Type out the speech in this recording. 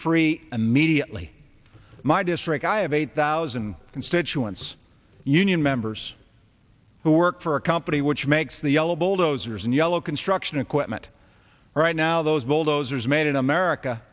and mediately my district i have eight thousand constituents union members who work for a company which makes the yellow bulldozers and yellow construction equipment right now those bulldozers made in america